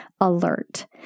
alert